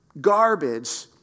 garbage